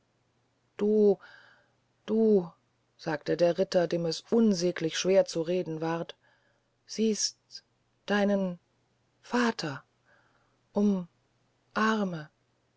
du du sagte der ritter dem es unsäglich schwer zu reden ward siehst deinen vater um arme